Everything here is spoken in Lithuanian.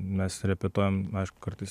mes repetuojam aišku kartais